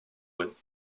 width